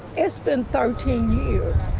it's been thirteen years.